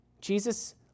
Jesus